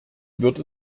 wird